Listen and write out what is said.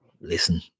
Listen